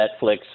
Netflix